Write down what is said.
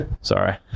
sorry